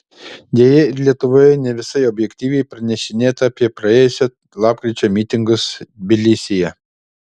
deja ir lietuvoje ne visai objektyviai pranešinėta apie praėjusio lapkričio mitingus tbilisyje